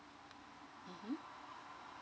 mmhmm